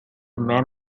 man